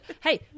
hey